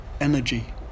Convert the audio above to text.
energy